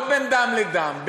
לא בין דם לדם,